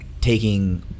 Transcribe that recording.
taking –